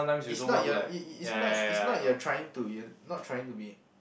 it's not your is is it's not it's not you trying to you're not trying to be